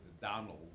Donald